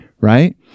right